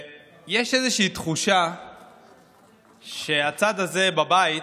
יש איזושהי תחושה שהצד הזה בבית